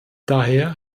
daher